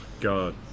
god